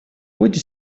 ходе